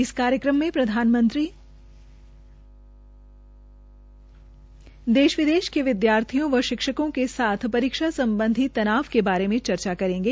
इस कार्यक्रम में प्रधानमंत्री देश विदेश के विद्यार्थियों व शिक्षकों के साथ परीक्षा सम्बधी तनाव के बारे चर्चा करेंगे